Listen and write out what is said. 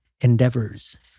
endeavors